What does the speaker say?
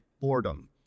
boredom